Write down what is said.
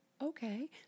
Okay